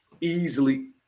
easily